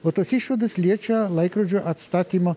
o tos išvados liečia laikrodžio atstatymo